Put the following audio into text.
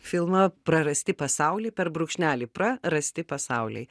filmą prarasti pasauliai per brūkšnelį pra rasti pasauliai